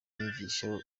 inyigisho